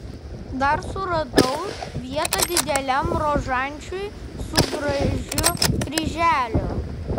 dar suradau vietą dideliam rožančiui su gražiu kryželiu